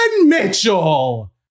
Mitchell